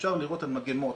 אפשר לראות מגמות,